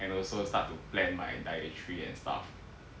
and also start to plan my dietary and stuff